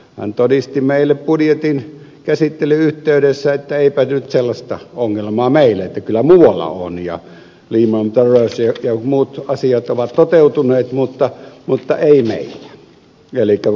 hän todisti meille budjetin käsittelyn yhteydessä että eipä nyt sellaista ongelmaa meillä ole kyllä muualla on ja lehman brothers ja muut asiat ovat toteutuneet mutta ei meillä